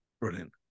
brilliant